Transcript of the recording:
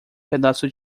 pedaço